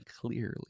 clearly